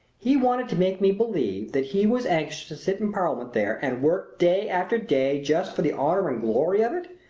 he wanted to make me believe that he was anxious to sit in parliament there and work day after day just for the honor and glory of it,